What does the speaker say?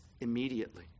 immediately